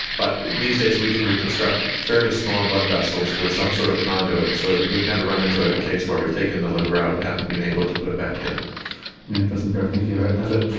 but these days we can reconstruct fairly small blood vessels with some sort of conduit so we've never run into a case where we've taken the liver out and haven't been able to put it back in. and it doesn't bear thinking about does it?